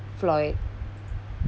floyd